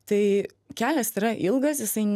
tai kelias yra ilgas jisai